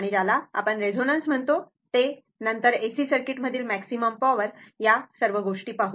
आणि ज्याला आपण रेझोनन्स म्हणतो ते नंतर एसी सर्किटमधील मॅक्सिमम पॉवर या गोष्टी पाहू